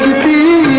be